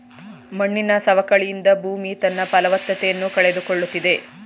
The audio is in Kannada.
ಮಣ್ಣಿನ ಸವಕಳಿಯಿಂದ ಭೂಮಿ ತನ್ನ ಫಲವತ್ತತೆಯನ್ನು ಕಳೆದುಕೊಳ್ಳುತ್ತಿದೆ